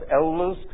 elders